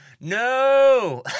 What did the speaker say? no